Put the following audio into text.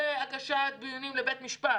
משפחה זה דורש הגשת בקשות לבית המשפט